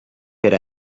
per